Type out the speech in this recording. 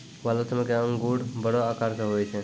Waltham के अंगूर बड़ो आकार के हुवै छै